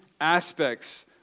aspects